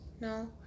No